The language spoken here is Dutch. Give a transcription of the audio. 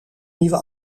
nieuwe